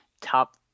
top